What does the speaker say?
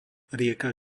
rieka